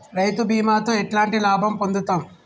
రైతు బీమాతో ఎట్లాంటి లాభం పొందుతం?